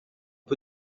peu